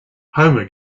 homer